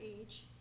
Age